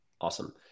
Awesome